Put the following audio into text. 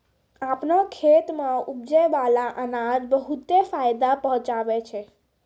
आपनो खेत सें उपजै बाला अनाज बहुते फायदा पहुँचावै छै